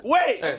Wait